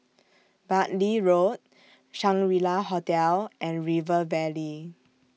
Bartley Road Shangri La Hotel and River Valley